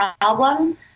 problem